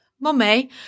Mummy